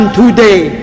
today